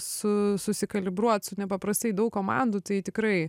su susikalibruot su nepaprastai daug komandų tai tikrai